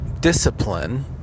discipline